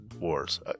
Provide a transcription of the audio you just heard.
wars